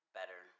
better